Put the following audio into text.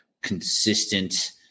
consistent